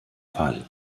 fall